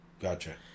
Gotcha